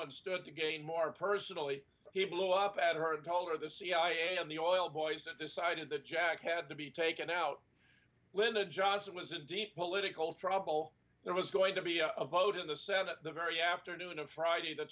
one stood to gain more personally he blew up at her and told her the cia and the oil boys and decided that jack had to be taken out lyndon johnson was in deep political trouble there was going to be a vote in the senate the very afternoon of friday the